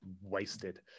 wasted